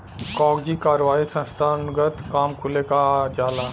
कागजी कारवाही संस्थानगत काम कुले आ जाला